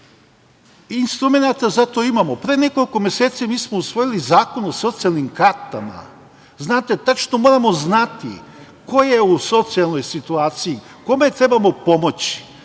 Instrumenata za to imamo. Pre nekoliko meseci mi smo usvojili zakon u socijalnim kartama. Znate, tačno moramo znati ko je u socijalnoj situaciji, kome trebamo pomoći.